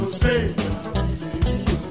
say